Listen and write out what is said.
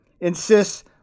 insists